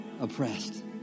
oppressed